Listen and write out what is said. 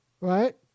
right